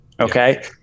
okay